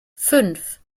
fünf